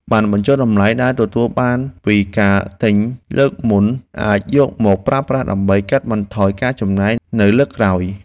ប័ណ្ណបញ្ចុះតម្លៃដែលទទួលបានពីការទិញលើកមុនអាចយកមកប្រើប្រាស់ដើម្បីកាត់បន្ថយការចំណាយនៅលើកក្រោយ។